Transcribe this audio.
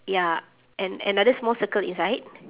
ya and another small circle inside